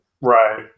Right